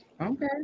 Okay